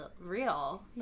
real